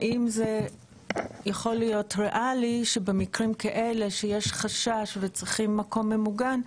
האם זה יכול להיות ריאלי שבמקרים כאלה שיש חשש וצריכים מקום ממוגן,